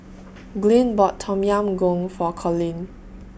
Glynn bought Tom Yam Goong For Colin